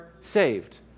saved